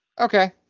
Okay